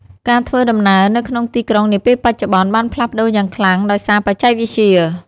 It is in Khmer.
ការធ្វើដំណើរនៅក្នុងទីក្រុងនាពេលបច្ចុប្បន្នបានផ្លាស់ប្តូរយ៉ាងខ្លាំងដោយសារបច្ចេកវិទ្យា។